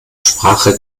sprache